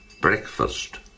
Breakfast